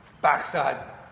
backside